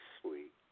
sweet